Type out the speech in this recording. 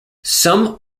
some